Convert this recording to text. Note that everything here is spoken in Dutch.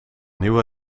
nieuwe